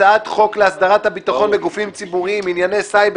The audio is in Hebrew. הצעת חוק להסדרת הביטחון בגופים ציבוריים (הוראת שעה)(תיקון),